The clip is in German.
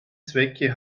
zwecke